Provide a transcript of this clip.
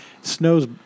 Snows